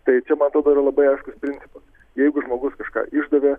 tai čia man atrodo yra labai aiškus principas jeigu žmogus kažką išdavė